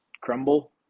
crumble